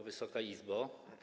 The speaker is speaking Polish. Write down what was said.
Wysoka Izbo!